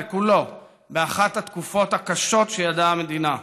כולו באחת התקופות הקשות שידעה המדינה.